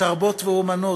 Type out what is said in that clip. לתרבות ואמנות,